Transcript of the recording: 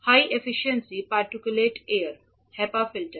high efficiency particulate air HEPA filter